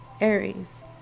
aries